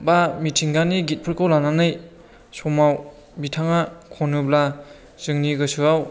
एबा मिथिंगानि गितफोरखौ लानानै समाव बिथाङा खनोब्ला जोंनि गोसोआव